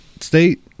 state